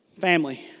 family